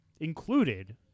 included